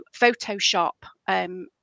Photoshop